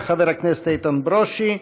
חבר הכנסת איתן ברושי,